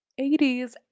80s